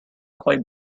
quite